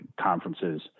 conferences